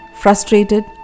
frustrated